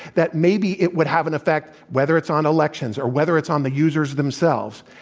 that maybe it would have an effect, whether it's on elections, or whether it's on the users themselves,